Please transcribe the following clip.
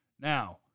Now